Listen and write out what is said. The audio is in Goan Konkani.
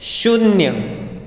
शुन्य